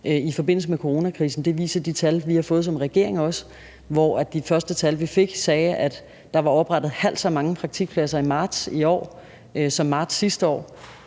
i forbindelse med coronakrisen, for det viser de tal, vi har fået som regering, også. De første tal, vi fik, sagde, at der var oprettet halvt så mange praktikpladser i marts i år som i marts sidste år.